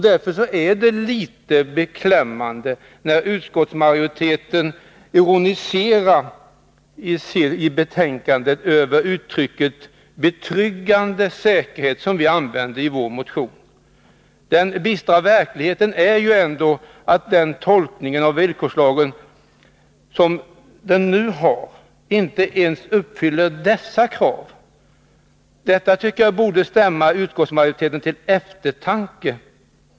Därför är det litet beklämmande när utskottsmajoriteten i sitt betänkande ironiserar över uttrycket ”betryggande slutförvaring” i vår motion. Den bistra verkligheten är ändå den att KBS-metoderna inte uppfyller de krav som villkorslagen ställer. Det borde stämma utskottsmajoriteten till eftertanke.